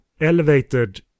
elevated